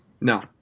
No